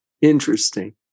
Interesting